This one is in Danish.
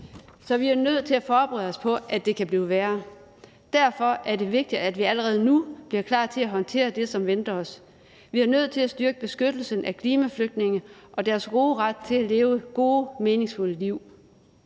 Så vi er nødt til at forberede os på, at det kan blive værre. Derfor er det vigtigt, at vi allerede nu bliver klar til at håndtere det, som venter os. Vi er nødt til at styrke beskyttelsen af klimaflygtninge og deres ret til at leve gode, meningsfulde liv.